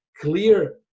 clear